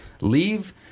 leave